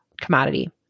commodity